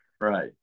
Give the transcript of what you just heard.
Right